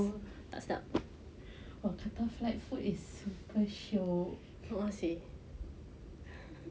qatar flight food is quite shiok